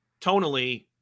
tonally